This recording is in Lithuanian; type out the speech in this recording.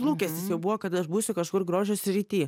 lūkestis jau buvo kad aš būsiu kažkur grožio srity